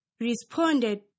responded